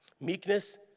Meekness